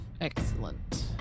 Excellent